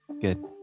Good